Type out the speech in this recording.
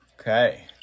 Okay